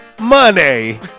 money